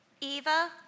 Eva